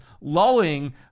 lulling